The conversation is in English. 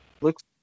looks